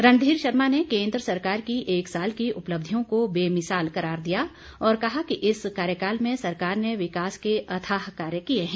रणधीर शर्मा ने केन्द्र सरकार की एक साल की उपलब्धियों को बेमिसाल करार दिया और कहा कि इस कार्यकाल में सरकार ने विकास के अथाह कार्य किए हैं